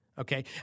Okay